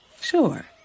Sure